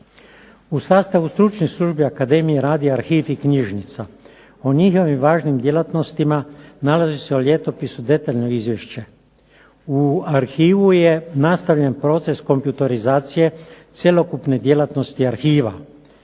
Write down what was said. U sastavu stručnih službi akademije radi arhiv i knjižnica. U njihovim važnim djelatnostima nalazi se u Ljetopisu detaljno izvješće. U arhivu je nastavljen proces kompjutorizacije cjelokupne djelatnosti arhiva.